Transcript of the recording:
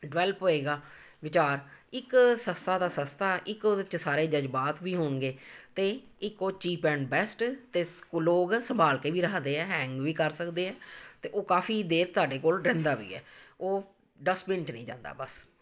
develop ਹੋਏਗਾ ਵਿਚਾਰ ਇੱਕ ਸਸਤਾ ਦਾ ਸਸਤਾ ਇੱਕ ਉਹਦੇ 'ਚ ਸਾਰੇ ਜਜ਼ਬਾਤ ਵੀ ਹੋਣਗੇ ਅਤੇ ਇੱਕ ਉਹ ਚੀਪ ਐਂਡ ਬੈਸਟ ਅਤੇ ਸ ਲੋਕ ਸੰਭਾਲ ਕੇ ਵੀ ਰੱਖਦੇ ਹੈ ਹੈਂਗ ਵੀ ਕਰ ਸਕਦੇ ਹੈ ਅਤੇ ਉਹ ਕਾਫੀ ਦੇਰ ਤੁਹਾਡੇ ਕੋਲ ਰਹਿੰਦਾ ਵੀ ਹੈ ਉਹ ਡਸਟਬਿੰਨ 'ਚ ਨਹੀਂ ਜਾਂਦਾ ਬਸ